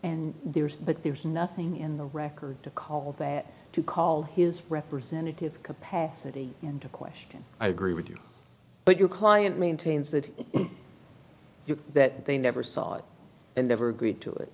and theirs but there was nothing in the record to call that to call his representative capacity into question i agree with you but your client maintains that you that they never saw it and never agreed to it